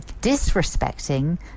disrespecting